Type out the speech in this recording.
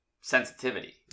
sensitivity